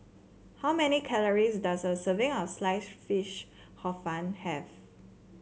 how many calories does a serving of Sliced Fish Hor Fun have